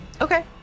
okay